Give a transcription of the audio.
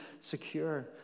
secure